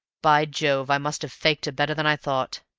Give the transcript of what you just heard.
by jove, i must have faked her better than i thought!